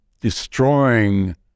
destroying